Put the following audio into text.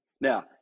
Now